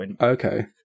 okay